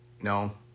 No